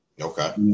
Okay